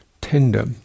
tender